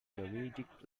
nomadic